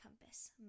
compass